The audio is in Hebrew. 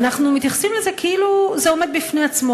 ואנחנו מתייחסים לזה כאילו זה עומד בפני עצמו,